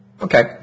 Okay